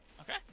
Okay